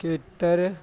ਖੇਤਰ